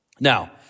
Now